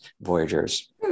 voyagers